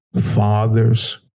fathers